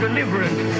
Deliverance